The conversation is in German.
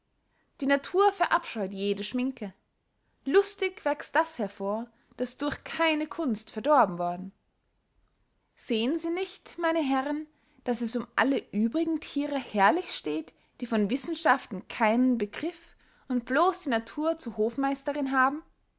die natur verabscheut jede schminke lustig wächst das hervor das durch keine kunst verdorben worden sehen sie nicht meine herren daß es um alle übrigen thiere herrlich steht die von wissenschaften keinen begriff und blos die natur zur hofmeisterinn haben